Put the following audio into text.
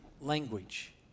language